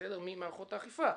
ממערכת האכיפה.